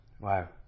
Wow